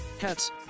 Hats